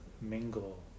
mingle